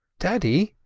daddy!